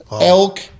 elk